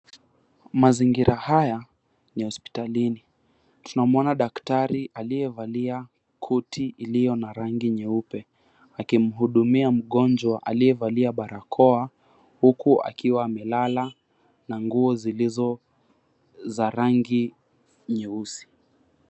Mazingira haya ni hospitalini. Tunamwona daktari akiyevalia koti iliyo na rangi nyeupe akimhudumia mgonjwa aliyevalia barakoa huku akiwa amelala na nguo zilizo za rangi nyeusi.